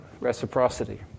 reciprocity